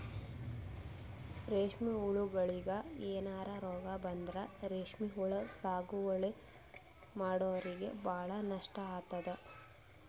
ರೇಶ್ಮಿ ಹುಳಗೋಳಿಗ್ ಏನರೆ ರೋಗ್ ಬಂದ್ರ ರೇಶ್ಮಿ ಹುಳ ಸಾಗುವಳಿ ಮಾಡೋರಿಗ ಭಾಳ್ ನಷ್ಟ್ ಆತದ್